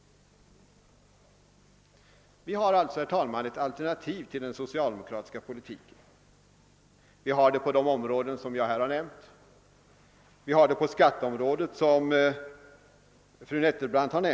Vi har alltså, herr talman, ett alternativ till den socialdemokratiska politiken. Det gäller de områden jag nu nämnt och skatteområdet, som fru Nettelbrandt berörde.